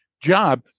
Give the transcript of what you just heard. job